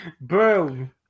boom